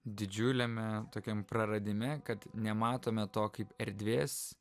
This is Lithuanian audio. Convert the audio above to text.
didžiuliame tokiam praradime kad nematome to kaip erdvės